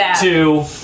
two